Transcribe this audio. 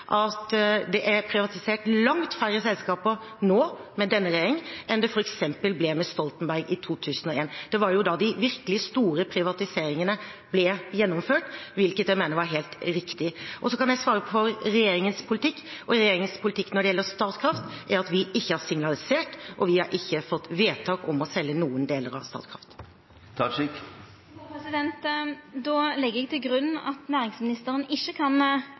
at det er privatisert langt færre selskaper nå, med denne regjeringen, enn det f.eks. ble med Stoltenberg i 2001. Det var da de virkelig store privatiseringene ble gjennomført, hvilket jeg mener var helt riktig. Og så kan jeg svare for regjeringens politikk, og regjeringens politikk når det gjelder Statkraft, er at vi ikke har signalisert og vi har ikke fått vedtak om å selge noen deler av Statkraft. Då legg eg til grunn at næringsministeren ikkje kan